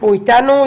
הוא איתנו?